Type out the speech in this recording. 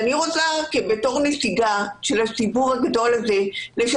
בתור נציגה של הציבור הגדול הזה אני רוצה